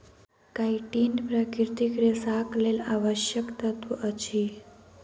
chitin प्राकृतिक रेशाक लेल आवश्यक तत्व अछि